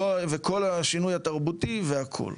וכל השינוי התרבותי והכול.